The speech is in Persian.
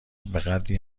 بهقدری